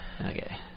Okay